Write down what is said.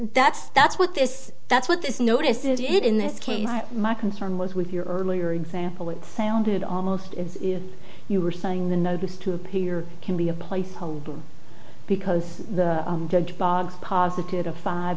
that's that's what this that's what this notice is it in this case my concern was with your earlier example it sounded almost as if you were saying the notice to appear can be a placeholder because the judge bogs positive five